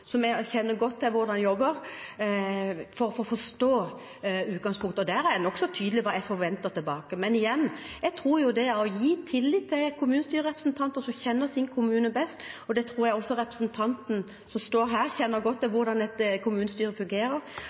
som jeg kjenner godt til hvordan jobber, for å forstå utgangspunktet. Der er jeg nokså tydelig på hva jeg forventer tilbake. Men igjen: Jeg tror at det å gi tillit til kommunestyrerepresentanter, som kjenner sin kommune best – jeg tror også representanten som står her, kjenner godt til hvordan et kommunestyre fungerer